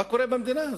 מה קורה במדינה הזאת?